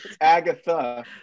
Agatha